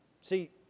See